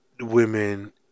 women